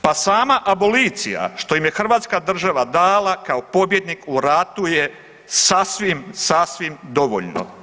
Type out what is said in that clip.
Pa sama abolicija što im je hrvatska država dala kao pobjednik u ratu je sasvim, sasvim dovoljno.